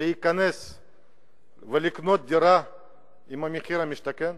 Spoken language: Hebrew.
לקנות דירה במחיר למשתכן,